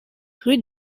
rue